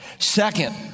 Second